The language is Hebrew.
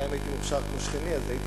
אולי אם הייתי מוכשר כמו שכני אז הייתי